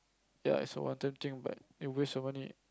ya so one thing bad it waste your money